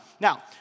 now